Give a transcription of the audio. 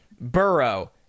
Burrow